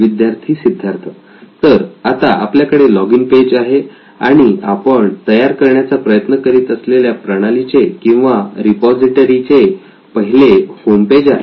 विद्यार्थी सिद्धार्थ तर आता आपल्याकडे लॉगिन पेज आहे आणि आपण तयार करण्याचा प्रयत्न करीत असलेल्या प्रणालीचे किंवा रिपॉझिटरी चे पहिले होमपेज आहे